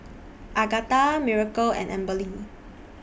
Agatha Miracle and Amberly